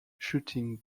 shooting